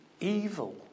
evil